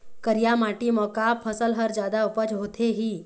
करिया माटी म का फसल हर जादा उपज होथे ही?